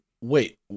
Wait